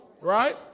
Right